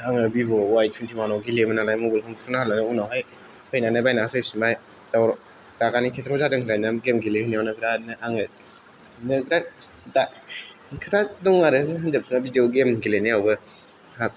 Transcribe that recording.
आङो बिहुआव आइटुइन्टिवानआव गेलेयोमोन नालाय मबाइल हमख्रुमना उनावहाय फैनानै बायना होफैफिनबाय रागानि खेत्रआव जादों गेम गेलेनायावहायनो बिरातनो आङो बिरात खोथा दं आरो बिदिनो गेम गेलेनायावनो